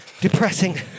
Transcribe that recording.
depressing